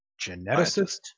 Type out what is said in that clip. geneticist